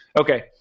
Okay